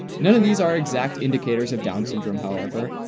none of these are exact indicators of down syndrome, however,